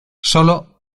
sólo